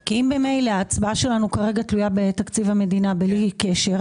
כי אם ממילא ההצבעה שלנו כרגע תלויה בתקציב המדינה בלי קשר,